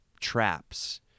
traps